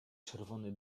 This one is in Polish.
czerwony